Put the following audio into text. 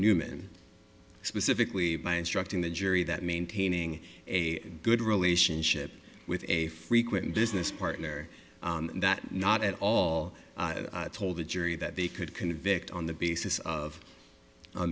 newman specifically by instructing the jury that maintaining a good relationship with a frequent business partner that not at all told the jury that they could convict on the basis of